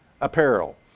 apparel